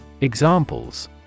Examples